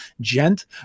gent